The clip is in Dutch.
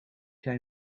jij